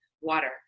water